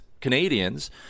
Canadians